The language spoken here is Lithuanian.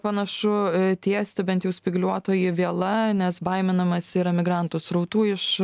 panašu tiesti bent jų spygliuotoji viela nes baiminamasi yra migrantų srautų iš